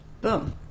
Boom